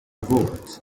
votes